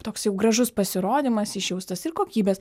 toks jau gražus pasirodymas išjaustas ir kokybės